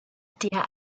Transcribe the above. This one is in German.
der